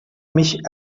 mich